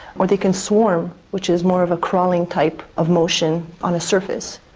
or they can swarm, which is more of a crawling type of motion on a surface.